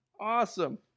awesome